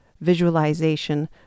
visualization